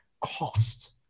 cost